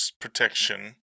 protection